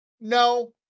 No